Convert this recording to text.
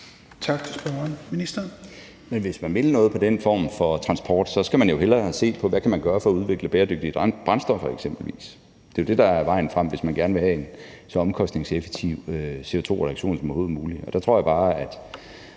hvis man vil noget på den form for transport, skal man jo hellere se på, hvad man kan gøre for at udvikle bæredygtige brændstoffer eksempelvis. Det er jo det, der er vejen frem, hvis man gerne vil have en så omkostningseffektiv CO2-reduktion som